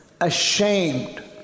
ashamed